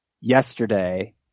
yesterday